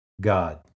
God